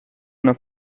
una